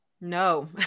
No